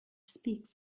speaks